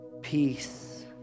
peace